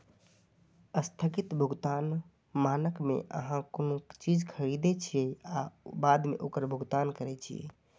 स्थगित भुगतान मानक मे अहां कोनो चीज खरीदै छियै आ बाद मे ओकर भुगतान करै छियै